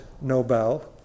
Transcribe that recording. Nobel